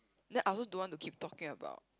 then I also don't want to keep talking about